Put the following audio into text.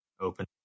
open